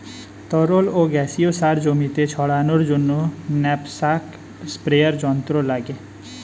তরল ও গ্যাসীয় সার জমিতে ছড়ানোর জন্য ন্যাপস্যাক স্প্রেয়ার যন্ত্র লাগে